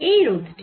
এই রোধ টি